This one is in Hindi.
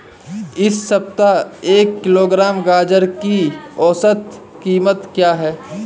इस सप्ताह एक किलोग्राम गाजर की औसत कीमत क्या है?